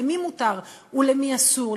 למי מותר ולמי אסור,